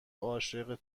عاشق